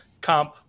comp